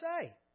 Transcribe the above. say